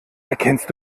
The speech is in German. erkennst